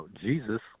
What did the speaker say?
Jesus